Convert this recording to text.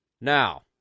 Now